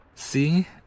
see